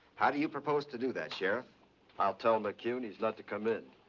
how do you propose to do that? yeah i'll tell mcquown he's not to come in.